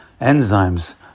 enzymes